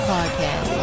Podcast